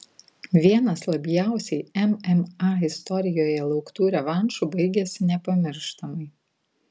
vienas labiausiai mma istorijoje lauktų revanšų baigėsi nepamirštamai